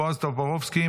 בועז טופורובסקי,